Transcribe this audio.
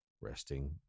resting